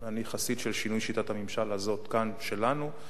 אני חסיד של שינוי שיטת הממשל הזאת כאן, שלנו.